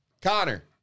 Connor